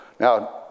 Now